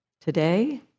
today